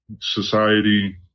society